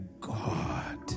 God